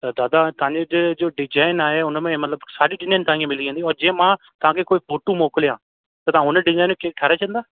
त दादा तव्हांजो जो डिजाइन आहे हुन में मतिलबु सारी डिजाइन तव्हांखे मिली वेंदी ऐं जीअं मां तव्हांखे कोई फ़ोटो मोकिलियां त तव्हां हुन डिजाइन खे ठाराहे छॾींदा